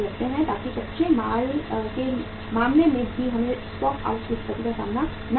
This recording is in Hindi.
ताकि कच्चे माल के मामले में भी हमें स्टॉक आउट की स्थिति का सामना न करना पड़े